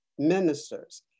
ministers